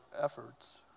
efforts